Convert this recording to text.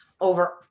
over